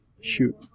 Shoot